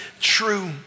true